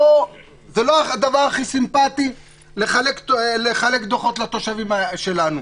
זה לא הדבר הכי סימפתי לחלק דוחות לתושבים שלנו,